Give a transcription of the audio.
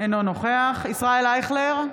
אינו נוכח ישראל אייכלר,